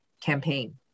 campaign